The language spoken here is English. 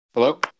Hello